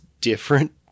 different